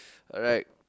alright